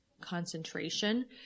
concentration